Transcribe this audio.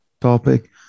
topic